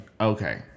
Okay